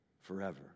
forever